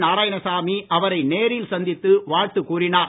நாராயணசாமி அவரை நேரில் சந்தித்து வாழ்த்து கூறினார்